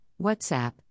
WhatsApp